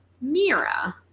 Mira